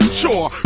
sure